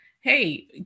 Hey